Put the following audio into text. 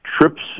trips